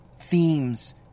themes